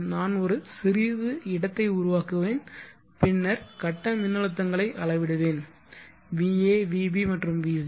நான் ஒரு சிறிது இடத்தை உருவாக்குவேன் பின்னர் கட்ட மின்னழுத்தங்களை அளவிடுவேன் va vb மற்றும் vc